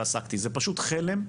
זה פשוט חלם.